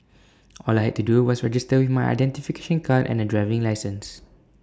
all I had to do was register with my identification card and A driving licence